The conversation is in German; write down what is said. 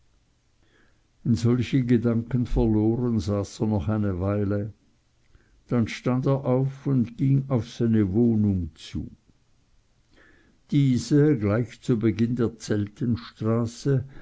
in solche gedanken verloren saß er noch eine weile dann stand er auf und ging auf seine wohnung zu diese gleich zu beginn der